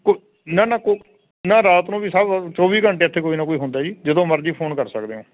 ਨਾ ਨਾ ਨਾ ਰਾਤ ਨੂੰ ਵੀ ਚੌਵੀ ਘੰਟੇ ਇੱਥੇ ਕੋਈ ਨਾ ਕੋਈ ਹੁੰਦਾ ਜੀ ਜਦੋਂ ਮਰਜ਼ੀ ਫੋਨ ਕਰ ਸਕਦੇ ਹੋ